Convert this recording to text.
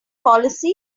policy